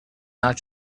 not